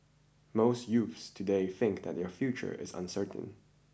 most youths today think that their future is uncertain